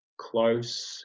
Close